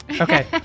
Okay